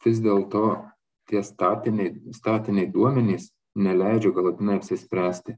vis dėlto tie statiniai statiniai duomenys neleidžia galutinai apsispręsti